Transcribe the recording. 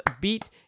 beat